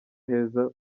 heza